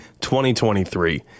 2023